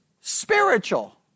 spiritual